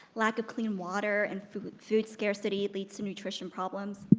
lack of clean water and food food scarcity leads to nutrition problems.